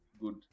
good